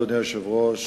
אדוני היושב-ראש,